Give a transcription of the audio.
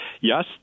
yes